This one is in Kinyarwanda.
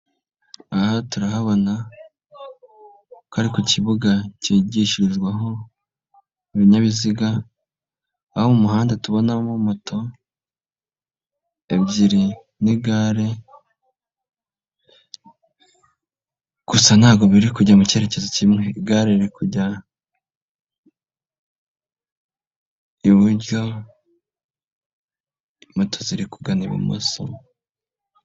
Aha turahabona ko ari ku kibuga kigishirizwaho ibinyabiziga, aho mu muhanda tubonamo moto ebyiri n'igare gusa ntago biri kujya mu kerekezo kimwe, igare riri kujya iburyo moto ziri kugana ibumoso.